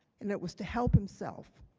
and it was to help himself.